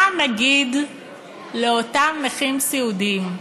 מה נגיד לאותם נכים סיעודיים,